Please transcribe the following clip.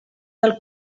del